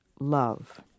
love